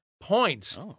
points